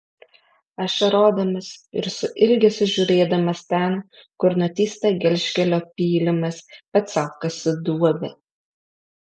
ašarodamas ir su ilgesiu žiūrėdamas ten kur nutįsta gelžkelio pylimas pats sau kasi duobę